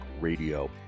Radio